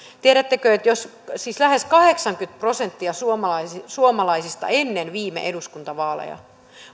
tiedättekö että lähes kahdeksankymmentä prosenttia suomalaisista suomalaisista ennen viime eduskuntavaaleja